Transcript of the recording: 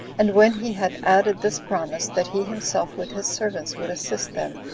and when he had added this promise, that he himself, with his servants, would assist them,